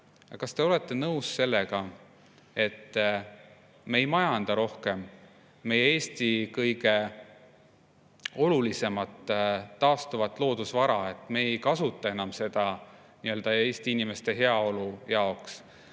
kas te olete nõus sellega, et me ei majanda rohkem meie Eesti kõige olulisemat taastuvat loodusvara, me ei kasuta seda enam Eesti inimeste heaolu jaoks,